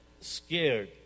scared